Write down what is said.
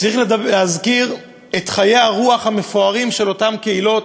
צריך להזכיר את חיי הרוח המפוארים של אותן קהילות,